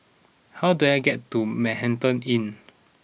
how do I get to Manhattan Inn